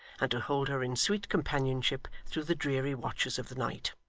and to hold her in sweet companionship through the dreary watches of the night!